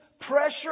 pressure